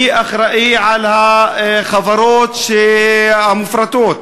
מי אחראי לחברות המופרטות?